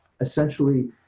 Essentially